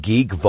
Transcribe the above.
Geek